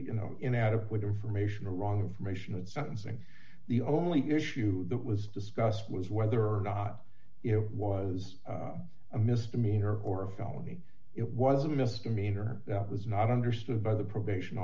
you know inadequate information or wrong information and sentencing the only issue that was discussed was whether or not it was a misdemeanor or felony it was a misdemeanor it was not understood by the probation